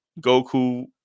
Goku